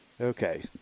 Okay